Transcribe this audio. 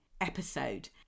episode